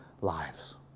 lives